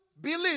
believe